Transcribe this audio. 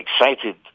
excited